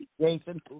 Jason